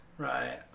Right